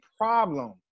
problem